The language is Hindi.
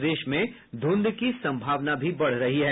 प्रदेश में ध्रंध की सम्भावना बढ़ रही है